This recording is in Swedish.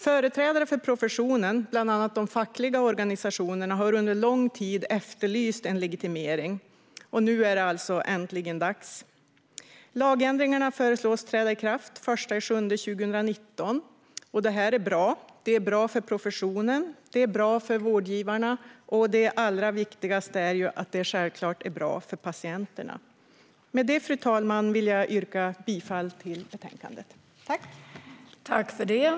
Företrädare för professionen, bland andra de fackliga organisationerna, har under lång tid efterlyst en legitimering, och nu är det alltså äntligen dags. Lagändringarna föreslås träda i kraft den 1 juli 2019. Detta är bra för professionen, bra för vårdgivarna och - allra viktigast - bra för patienterna. Med detta, fru talman, yrkar jag bifall till utskottets förslag.